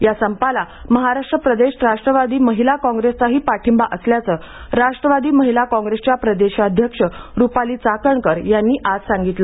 या संपाला महाराष्ट्र प्रदेश राष्ट्रवादी महिला काँग्रेसचाही पाठिंबा असल्याचं राष्ट्रवादी महिला काँग्रेसच्या प्रदेशाध्यक्ष रूपाली चाकणकर यांनी आज सांगितलं